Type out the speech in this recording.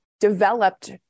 developed